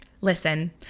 Listen